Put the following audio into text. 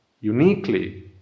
uniquely